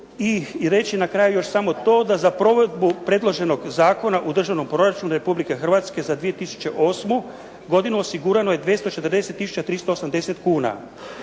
i reći na kraju još samo to da za provedbu predloženog zakona u Državnom proračunu Republike Hrvatske za 2008. godinu osigurano je 240 tisuća